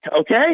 Okay